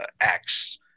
acts